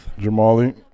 Jamali